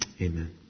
Amen